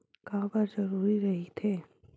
का बार जरूरी रहि थे?